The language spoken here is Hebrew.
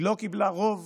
היא לא קיבלה רוב